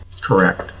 Correct